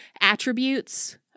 attributes